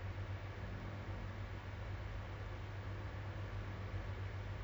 because err my parents think that I'm a workaholic